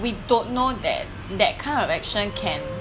we don't know that that kind of action can